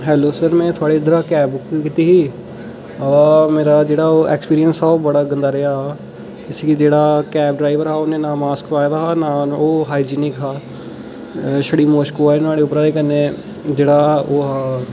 hello sir में इद्धरा cab book कीती ही ते ओह् मेरा जेह्ड़ा एक्सपीरियंस ऐ ओह् बड़ा गंदा रेहा इसी जेह्ड़ा ओह् कैब ड्राईवर ऐ हा उस नै ना मास्क पाये दा हा ना हाईजैनिक हा छड़ी मुश्क आवा दी नुहाड़े परा कन्नै जेह्ड़ा ओह् हा